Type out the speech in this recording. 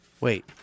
Wait